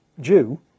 Jew